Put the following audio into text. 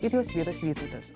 ir jos vyras vytautas